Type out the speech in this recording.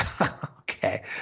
Okay